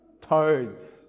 Toads